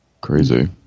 Crazy